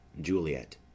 JULIET